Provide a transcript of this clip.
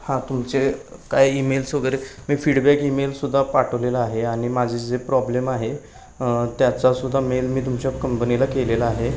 हां तुमचे काय ईमेल्स वगैरे मी फीडबॅक ईमेल्ससुद्धा पाठवलेलं आहे आणि माझे जे प्रॉब्लेम आहे त्याचासुद्धा मेल मी तुमच्या कंपनीला केलेला आहे